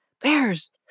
bears